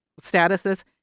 statuses